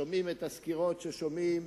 שומעים את הסקירות ששומעים,